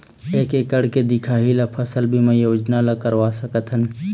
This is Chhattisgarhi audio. एक एकड़ के दिखाही ला फसल बीमा योजना ला करवा सकथन?